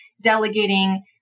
delegating